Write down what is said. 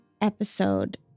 episode